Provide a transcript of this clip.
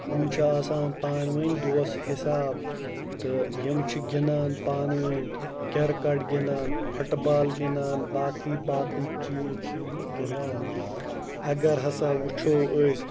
یِم چھِ آسان پانہٕ ؤنۍ دوسہٕ حِساب تہٕ یِم چھِ گِنٛدان پانہٕ ؤنۍ کِرکَٹ گِنٛدان فُٹ بال گِنٛدان باقٕے باقٕے چیٖز چھِ یِمہٕ گِنٛدان اگر ہَسا وٕچھو أسۍ